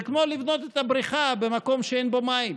זה כמו לבנות את הבריכה במקום שאין בו מים.